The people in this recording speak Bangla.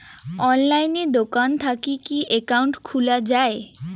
অনলাইনে দোকান থাকি কি একাউন্ট খুলা যায়?